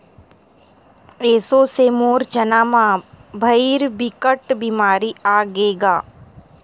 एसो से मोर चना म भइर बिकट बेमारी आगे हे गा